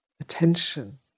attention